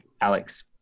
Alex